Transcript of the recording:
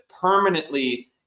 permanently